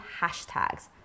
hashtags